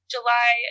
July